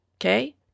Okay